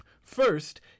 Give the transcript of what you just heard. First